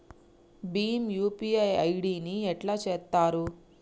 Bhim UPI ID ని ఎట్లా చేత్తరు?